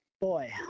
Boy